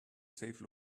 save